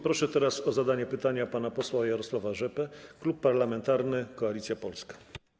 Proszę o zadanie pytania pana posła Jarosława Rzepę, Klub Parlamentarny Koalicja Polska.